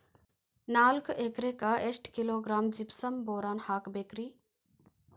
ನಾಲ್ಕು ಎಕರೆಕ್ಕ ಎಷ್ಟು ಕಿಲೋಗ್ರಾಂ ಜಿಪ್ಸಮ್ ಬೋರಾನ್ ಹಾಕಬೇಕು ರಿ?